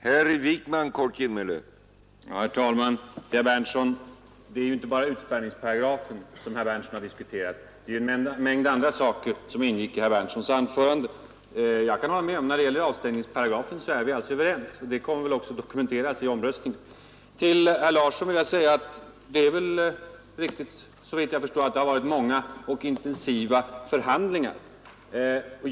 Herr talman! Det är inte bara utspärrningsparagrafen som herr Berndtson har diskuterat — en mängd andra saker ingick i hans anförande. När det gäller avstängningsparagrafen håller jag med om att vi är överens, och det kommer väl också att dokumenteras i omröstningen. Till herr Larsson i Staffanstorp vill jag säga att det är riktigt att det varit många och intensiva förhandlingar.